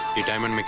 the diamond